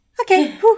Okay